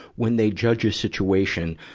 when they judge a situation,